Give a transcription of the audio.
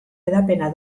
hedapena